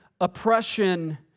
oppression